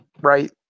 right